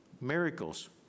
miracles